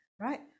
right